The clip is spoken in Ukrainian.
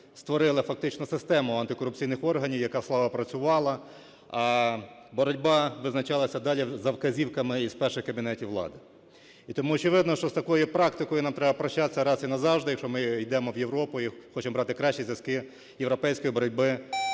створили фактично систему антикорупційних органів, яка слабо працювала. А боротьба визначалася далі за вказівками із перших кабінетів влади. І тому очевидно, що з такою практикою нам треба прощатися раз і назавжди, якщо ми йдемо в Європу і хочемо брати кращі зв'язку європейської боротьби